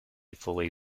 fully